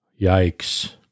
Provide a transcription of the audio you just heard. Yikes